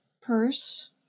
purse